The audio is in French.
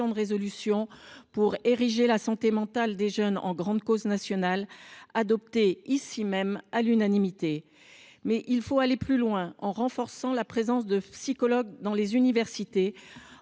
de résolution visant à ériger la santé mentale des jeunes en grande cause nationale, adoptée ici même à l’unanimité. Mais il faut aller plus loin en augmentant le nombre de psychologues dans les universités,